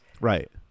right